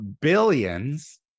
billions